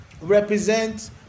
represent